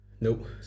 Nope